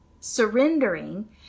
surrendering